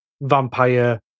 vampire